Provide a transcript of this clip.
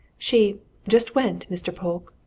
she just went, mr. polke.